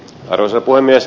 arvoisa puhemies